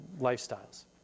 lifestyles